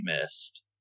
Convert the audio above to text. missed